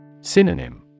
Synonym